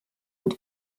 und